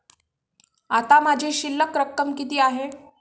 आता माझी शिल्लक रक्कम किती आहे?